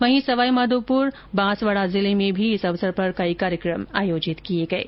वहीं सवाईमाधोपुर बांसवाडा जिले में भी इस अवसर पर केई कार्यक्रम आयोजित किये गये